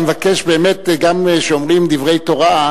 אני מבקש, באמת, גם כשאומרים דברי תורה,